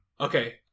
Okay